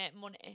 money